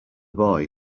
boy